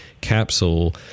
capsule